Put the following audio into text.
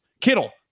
Kittle